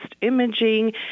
imaging